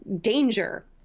danger